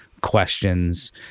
questions